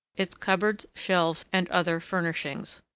its cupboards, shelves, and other furnishings.